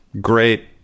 Great